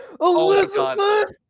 Elizabeth